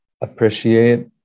appreciate